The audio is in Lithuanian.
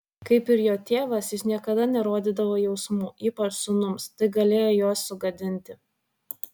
kaip ir jo tėvas jis niekada nerodydavo jausmų ypač sūnums tai galėjo juos sugadinti